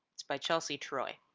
it's by chelsea troy,